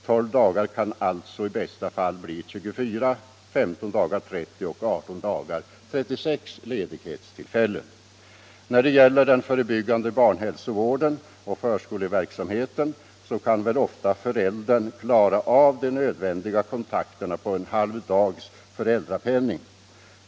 12 dagar kan alltså i bästa fall bli 24, 15 dagar kan bli 30 och 18 dagar kan bli 36 ledighetstillfällen. När det gäller den förebyggande barnhälsovården och förskoleverksamheten kan väl föräldern ofta klara de nödvändiga kontakterna på en halv dags föräldrapenning.